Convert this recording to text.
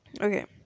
Okay